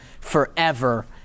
forever